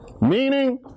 Meaning